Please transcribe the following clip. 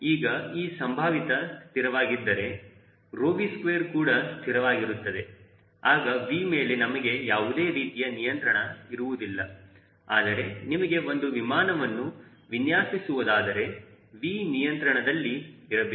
ಈಗ ಈ ಸಂಭಾವಿತ ಸ್ಥಿರವಾಗಿದ್ದರೆ 𝜌𝑉2 ಕೂಡ ಸ್ಥಿರವಾಗಿರುತ್ತದೆ ಆಗ V ಮೇಲೆ ನಮಗೆ ಯಾವುದೇ ರೀತಿಯ ನಿಯಂತ್ರಣ ಇರುವುದಿಲ್ಲ ಆದರೆ ನಿಮಗೆ ಒಂದು ವಿಮಾನವನ್ನು ವಿನ್ಯಾಸಸುವುದಾದರೆ V ನಿಯಂತ್ರಣದಲ್ಲಿ ಇರಬೇಕು